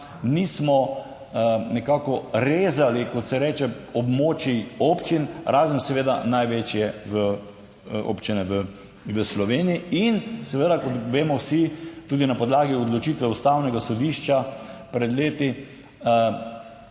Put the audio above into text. nismo nekako rezali, kot se reče, območij občin, razen seveda največje občine v Sloveniji. In seveda, kot vemo vsi, tudi na podlagi odločitve Ustavnega sodišča pred leti